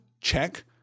Check